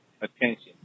attention